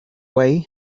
way